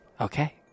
Okay